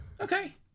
okay